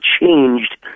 changed